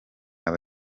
aba